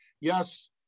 Yes